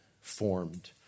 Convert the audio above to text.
formed